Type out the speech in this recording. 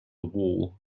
wall